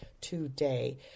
today